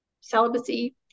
celibacy